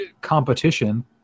competition